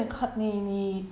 !huh!